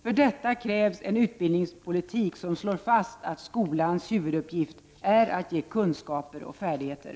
För detta krävs en utbildningspolitik som slår fast att skolans huvuduppgift är att ge kunskaper och färdigheter.